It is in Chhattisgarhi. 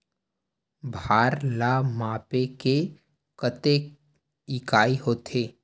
भार ला मापे के कतेक इकाई होथे?